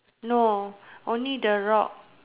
no only the rock